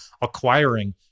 acquiring